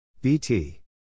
BT